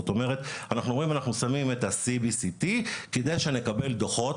זאת אומרת אנחנו אומרים שאנחנו שמים את ה-CBCT כדי שנקבל דוחות,